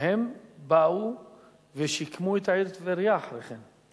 שהם באו ושיקמו את העיר טבריה אחרי כן.